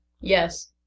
Yes